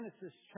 Genesis